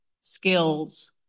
skills